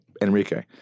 Enrique